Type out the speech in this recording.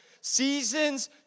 Seasons